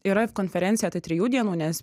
yra konferencija tai trijų dienų nes